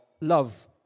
love